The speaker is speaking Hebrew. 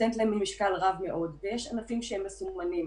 נותנת להם משקל רב מאוד ויש ענפים שהם מסומנים.